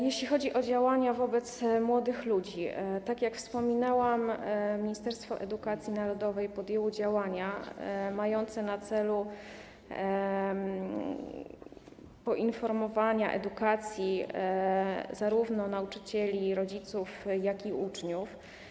Jeśli chodzi o działania wobec młodych ludzi, tak jak wspominałam, Ministerstwo Edukacji Narodowej podjęło działania mające na celu poinformowanie, edukację zarówno nauczycieli, rodziców, jak i uczniów.